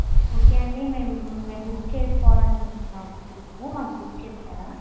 okay అండి మేము మేము బుక్ చేసుకోవాలి అనుకుంటున్నాము రూము మాకు బుక్ చేస్తారా